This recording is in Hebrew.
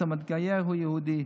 אז המתגייר הוא יהודי,